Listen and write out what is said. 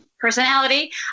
personality